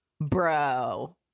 Bro